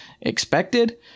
expected